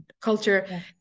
culture